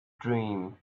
dream